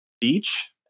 Beach